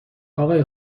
آقای